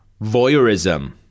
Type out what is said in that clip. Voyeurism